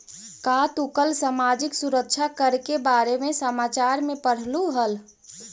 का तू कल सामाजिक सुरक्षा कर के बारे में समाचार में पढ़लू हल